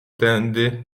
tedy